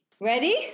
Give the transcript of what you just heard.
Ready